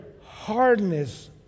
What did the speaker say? hardness